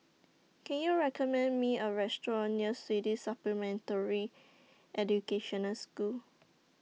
Can YOU recommend Me A Restaurant near Swedish Supplementary Education School